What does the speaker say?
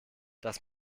das